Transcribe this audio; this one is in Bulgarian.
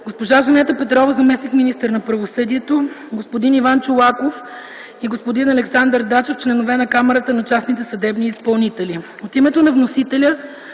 госпожа Жанета Петрова – зам.-министър на правосъдието, господин Иван Чолаков и господин Александър Дачев – членове на Камарата на частните съдебни изпълнители.